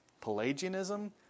Pelagianism